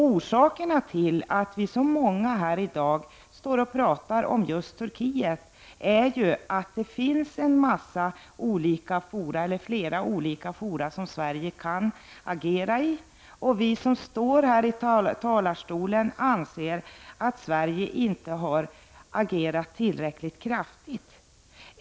Orsaken till att så många här i dag talar om just Turkiet är att det finns flera olika fora i vilka Sverige kan agera. Vi som står här i talarstolen anser att Sverige inte har agerat tillräckligt kraftigt.